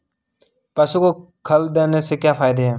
पशु को खल देने से क्या फायदे हैं?